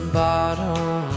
bottom